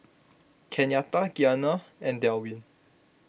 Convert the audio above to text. Kenyatta Gianna and Delwin